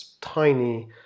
tiny